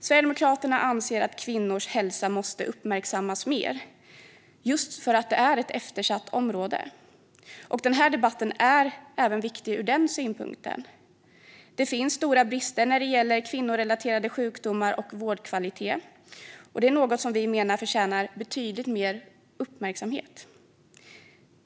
Sverigedemokraterna anser att kvinnors hälsa måste uppmärksammas mer, just för att det är ett eftersatt område. Den här debatten är även viktig ur den synvinkeln. Det finns stora brister när det gäller kvinnorelaterade sjukdomar och vårdkvalitet. Det förtjänar enligt oss betydligt mer uppmärksamhet.